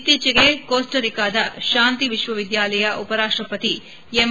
ಇತ್ತೀಚೆಗೆ ಕೊಸ್ಸರಿಕಾದ ಶಾಂತಿ ವಿಶ್ವವಿದ್ಯಾಲಯ ಉಪರಾಷ್ಷಪತಿ ಎಂ